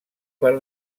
per